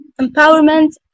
empowerment